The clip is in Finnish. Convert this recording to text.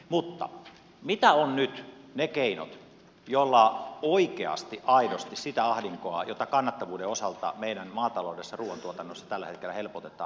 mutta mitä ovat nyt keinot joilla oikeasti aidosti sitä ahdinkoa jota kannattavuuden osalta meidän maataloudessa ruuantuotannossa on tällä hetkellä helpotetaan